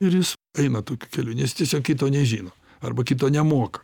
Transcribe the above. ir jis eina tokiu keliu nes tiesiog kito nežino arba kito nemoka